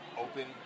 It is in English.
open